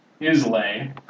Islay